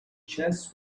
chess